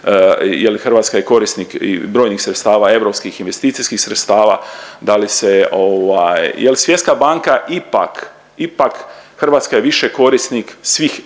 Hrvatska je korisnik brojnih sredstava europskih investicijskih sredstava, da li se ovaj. Jel Svjetska banka ipak, ipak Hrvatska je više korisnik svih EU